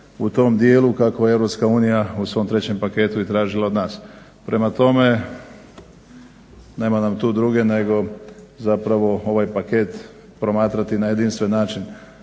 u tom dijelu kako je Europska unija u svom trećem paketu i tražila od nas. Prema tome, nema nam tu duge nego zapravo ovaj paket promatrati na jedinstven način,